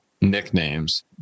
nicknames